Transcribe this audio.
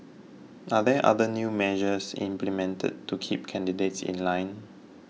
are there other new measures implemented to keep candidates in line